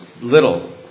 little